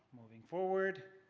moving forward,